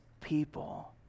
people